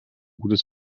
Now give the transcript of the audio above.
gutes